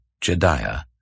Jediah